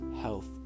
health